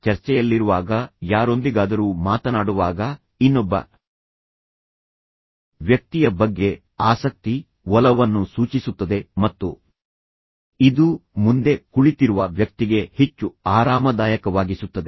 ಚರ್ಚೆಯಲ್ಲಿರುವಾಗ ಯಾರೊಂದಿಗಾದರೂ ಮಾತನಾಡುವಾಗ ಇನ್ನೊಬ್ಬ ವ್ಯಕ್ತಿಯ ಬಗ್ಗೆ ಆಸಕ್ತಿ ಒಲವನ್ನು ಸೂಚಿಸುತ್ತದೆ ಮತ್ತು ಇದು ಮುಂದೆ ಕುಳಿತಿರುವ ವ್ಯಕ್ತಿಗೆ ಹೆಚ್ಚು ಆರಾಮದಾಯಕವಾಗಿಸುತ್ತದೆ